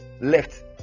left